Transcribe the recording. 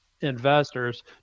investors